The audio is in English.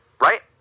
right